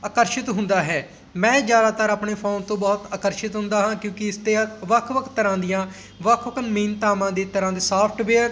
ਆਕਰਸ਼ਿਤ ਹੁੰਦਾ ਹੈ ਮੈਂ ਜ਼ਿਆਦਾਤਰ ਆਪਣੇ ਫ਼ੋਨ ਤੋਂ ਬਹੁਤ ਆਕਰਸ਼ਿਤ ਹੁੰਦਾ ਹਾਂ ਕਿਉਂਕਿ ਇਸ 'ਤੇ ਆ ਵੱਖ ਵੱਖ ਤਰ੍ਹਾਂ ਦੀਆਂ ਵੱਖ ਵੱਖ ਮੀਨਤਾਵਾਂ ਦੇ ਤਰ੍ਹਾਂ ਦੇ ਸਾਫਟਵੇਅਰ